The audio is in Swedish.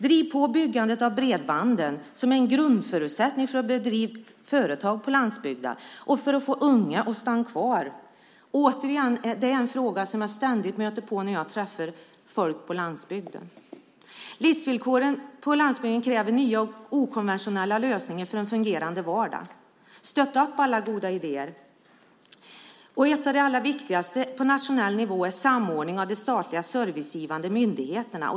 Driv på byggandet av bredband som är en grundförutsättning för att driva företag på landsbygden och för att få unga att stanna kvar! Detta är en fråga som jag ständigt möter när jag träffar folk på landsbygden. Livsvillkoren på landsbygden kräver nya och okonventionella lösningar för en fungerande vardag. Stötta alla goda idéer! Något av det allra viktigaste på nationell nivå är samordning av de statliga servicegivande myndigheterna.